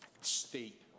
state